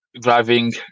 driving